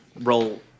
Roll